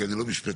כי אני לא משפטן,